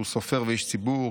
שהוא סופר ואיש ציבור,